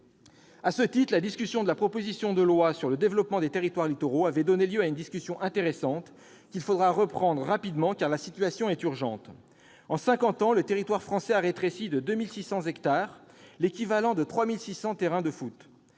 À ce titre, la discussion de la proposition de loi relative au développement durable des territoires littoraux avait donné lieu à une discussion intéressante qu'il faudra reprendre rapidement, car la situation est urgente : en cinquante ans, le territoire français a rétréci de 2 600 hectares, l'équivalent de 3 600 terrains de football,